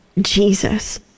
Jesus